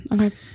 okay